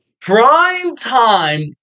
Primetime